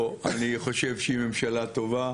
לא, אני חושב שהיא ממשלה טובה,